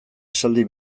esaldi